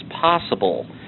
possible